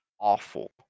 awful